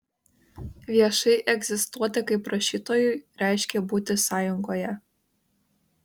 viešai egzistuoti kaip rašytojui reiškė būti sąjungoje